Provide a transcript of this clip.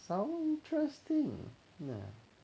sound interesting ya